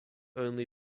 only